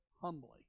humbly